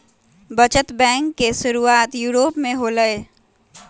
बचत बैंक के शुरुआत यूरोप में होलय